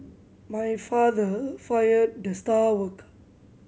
my father fired the star worker